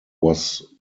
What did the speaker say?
was